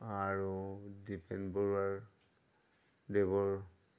আৰু দ্ৱীপেন বৰুৱাৰ দেৱৰ